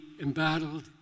embattled